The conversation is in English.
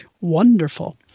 Wonderful